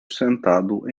sentado